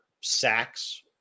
sacks